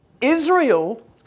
Israel